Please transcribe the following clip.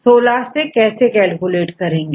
अर्थात16 अबGC कंटेंट को 16 से कैलकुलेट करेंगे